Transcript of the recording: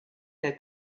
der